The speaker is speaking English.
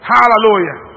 Hallelujah